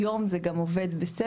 היום זה גם עובד בסדר,